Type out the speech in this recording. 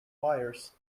wires